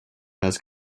has